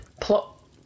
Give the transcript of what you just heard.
plot